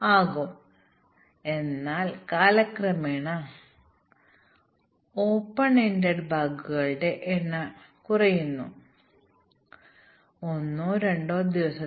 ഇപ്പോൾ നമുക്ക് മറ്റ് തരത്തിലുള്ള ബിഗ് ബാങ് ഇന്റേഗ്രേഷൻ മറ്റ് തരത്തിലുള്ള ടെസ്റ്റിങ് എന്നിവ നോക്കാം